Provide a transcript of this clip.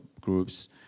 groups